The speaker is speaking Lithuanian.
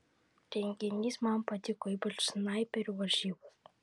renginys man patiko ypač snaiperių varžybos